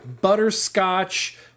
butterscotch